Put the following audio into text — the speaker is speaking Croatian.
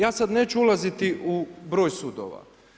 Ja sada neću ulaziti u broj sudova.